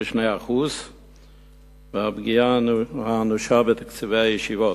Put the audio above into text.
2% והפגיעה האנושה בתקציבי הישיבות.